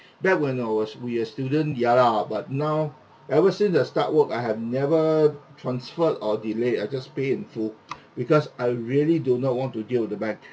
back when I was we were student ya lah but now ever since I start work I have never transferred or delayed I just pay in full l because I really do not want to deal with the bank